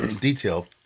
detail